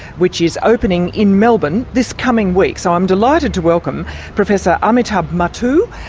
which is opening in melbourne this coming week. so i'm delighted to welcome professor amitabh mattoo,